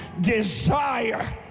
desire